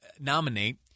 nominate